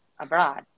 Abroad